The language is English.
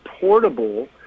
portable